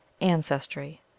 Ancestry